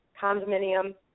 condominium